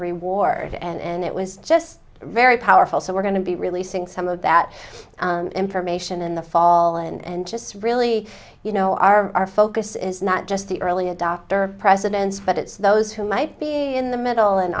reward and it was just very powerful so we're going to be releasing some of that information in the fall and just really you know our focus is not just the early adopter presidents but it's those who might be in the middle and